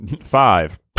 Five